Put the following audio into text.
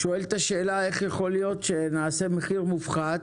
אבל נשאלת השאלה איך יכול להיות שנעשה מחיר מופחת